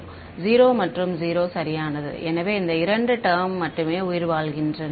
0 மற்றும் 0 சரியானது எனவே இந்த இரண்டு டெர்ம் மட்டுமே உயிர்வாழ்கின்றன